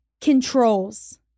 controls